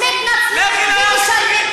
התנצלתם, אם לא היית,